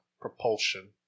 propulsion